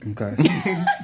Okay